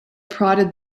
prodded